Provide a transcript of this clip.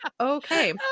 okay